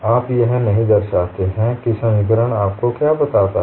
आप यह नहीं दर्शाते हैं समीकरण आपको क्या बताता है